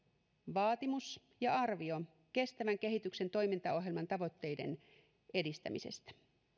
vaatimus ja arvio kestävän kehityksen toimintaohjelman tavoitteiden edistämisestä